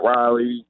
Riley